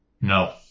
No